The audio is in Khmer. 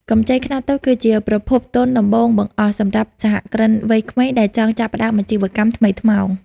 កម្ចីខ្នាតតូចគឺជាប្រភពទុនដំបូងបង្អស់សម្រាប់សហគ្រិនវ័យក្មេងដែលចង់ចាប់ផ្ដើមអាជីវកម្មថ្មីថ្មោង។